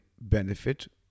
benefit